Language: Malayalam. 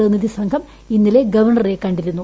പ്രതിനിധി സംഘം ഇന്നലെ ഗവർണറെ കണ്ടിരുന്നു